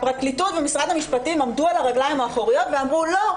הפרקליטות ומשרד המשפטים עמדו על הרגליים האחוריות ואמרו: לא,